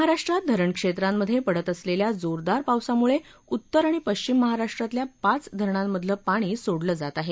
महाराष्ट्रात धरण क्षेत्रांमधे पडत असलेल्या जोरदार पावसामुळे उत्तर आणि पश्चिम महाराष्ट्रातल्या पाच धरणामधल पाणी सोडल जात आहे